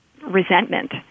resentment